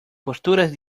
posturas